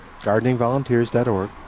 Gardeningvolunteers.org